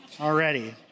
already